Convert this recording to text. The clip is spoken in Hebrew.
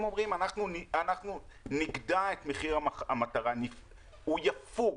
הם אומרים, אנחנו נגדע את מחיר המטרה, הוא יפוג,